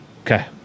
Okay